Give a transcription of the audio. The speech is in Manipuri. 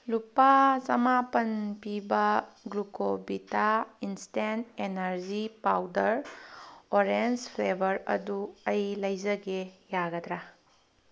ꯂꯨꯄꯥ ꯆꯝꯃꯥꯄꯜ ꯄꯤꯕ ꯒ꯭ꯂꯨꯀꯣꯕꯤꯇꯥ instant energy powder orange flavour ꯑꯗꯨ ꯑꯩ ꯂꯩꯖꯒꯦ ꯌꯥꯒꯗ꯭ꯔꯥ